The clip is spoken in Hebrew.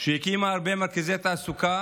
שהקימה הרבה מרכזי תעסוקה